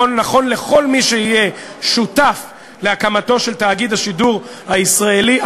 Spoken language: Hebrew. לכל מי שיהיה שותף להקמתו של תאגיד השידור הישראלי,